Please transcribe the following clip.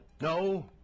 no